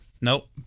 nope